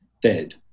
dead